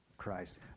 Christ